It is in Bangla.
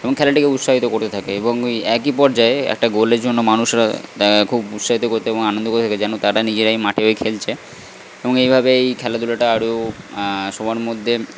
এবং খেলাটিকে উৎসাহিত করে থাকে এবং ওই একই পর্যায়ে একটা গোলের জন্য মানুষেরা খুব উৎসাহিত করতে এবং আনন্দ করে থাকে যেন তারা নিজেরাই মাঠে ওই খেলছে এবং এইভাবেই এই খেলাধুলাটা আরও সবার মধ্যে